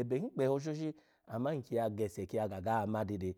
eben hin gbeho shoshi ama nki ya gese kya ga ma dede.